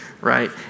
right